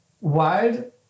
wild